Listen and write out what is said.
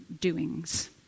doings